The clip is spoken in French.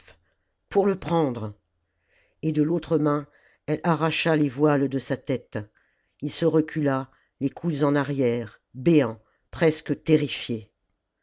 pour le prendre et de l'autre main elle arracha les voiles de sa tête il se recula les coudes en arrière béant presque terrifié